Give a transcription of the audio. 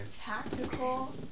Tactical